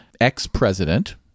ex-president